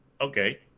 okay